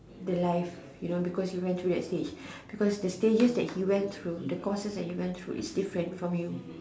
the life you know because you went through that stage because the stages that he went through the courses that he went through is different from you